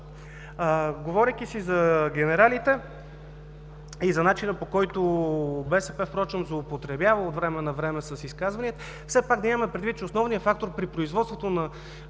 Говорейки си за генералите и за начина, по който БСП злоупотребява от време на време с изказвания, все пак да имаме предвид, че основният фактор при производството на